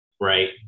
Right